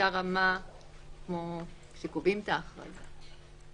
כאמור בסעיף קטן (א),